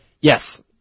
Yes